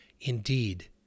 Indeed